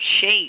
shape